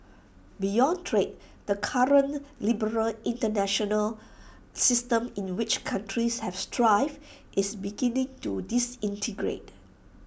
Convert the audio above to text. beyond trade the current liberal International system in which countries have thrived is beginning to disintegrate